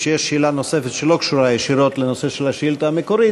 כשיש שאלה נוספת שלא קשורה ישירות לנושא של השאילתה המקורית,